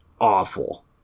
awful